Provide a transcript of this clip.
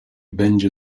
będzie